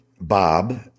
Bob